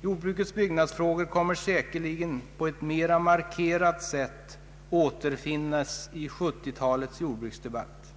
Jordbrukets byggnadsfrågor kommer säkerligen på ett mer markerat sätt att återfinnas i 1970-talets jordbruksdebatt.